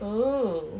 oh